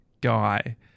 guy